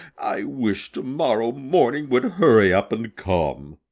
i wish to-morrow morning would hurry up and come.